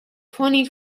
twenty